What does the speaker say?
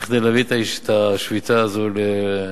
כדי להביא את השביתה הזו לסיומה.